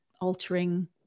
altering